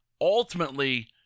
ultimately